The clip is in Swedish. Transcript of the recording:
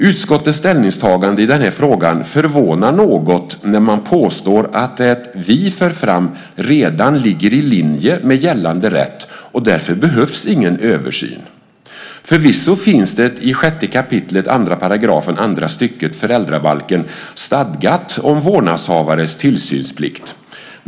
Utskottets ställningstagande i den här frågan förvånar något när man påstår att det vi för fram redan ligger i linje med gällande rätt, och därför behövs ingen översyn. Förvisso finns det i 6 kap. 2 § andra stycket föräldrabalken stadgat om vårdnadshavares tillsynsplikt.